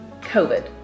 COVID